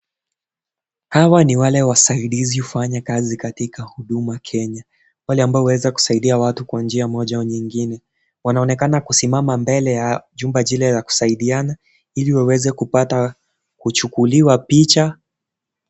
Hawa ni wale wasaidizi hufanya kazi katika Huduma Kenya. Wale ambao huweza kusaidia watu kwa njia moja au nyingine. Wanaonekana kusimama mbele ya jumba jile la kusaidiana, ili waweze kupata kuchukuliwa picha.